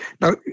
Now